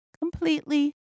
completely